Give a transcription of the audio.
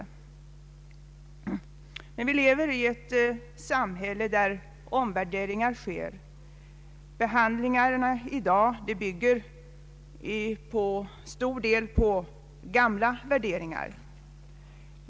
Vi lever i ett samhälle där omvärderingar sker. Behandlingen i dag bygger till stor del på gamla värderingar.